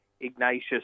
Ignatius